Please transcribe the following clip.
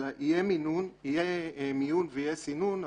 אלא יהיה מיון ויהיה סינון,